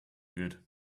good